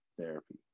therapy